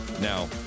Now